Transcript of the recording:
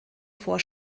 vor